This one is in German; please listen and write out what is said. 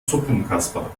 suppenkasper